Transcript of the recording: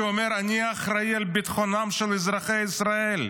שאומר: אני האחראי על ביטחונם של אזרחי ישראל.